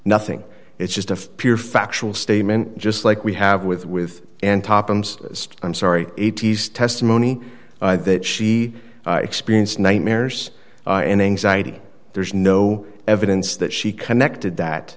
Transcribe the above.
nothing it's just a pure factual statement just like we have with with and top and i'm sorry eighty's testimony that she experienced nightmares and anxiety there's no evidence that she connected that